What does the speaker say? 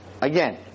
Again